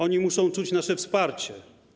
Oni muszą czuć nasze wsparcie.